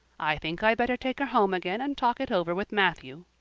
i think i'd better take her home again and talk it over with matthew.